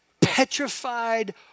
petrified